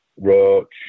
roach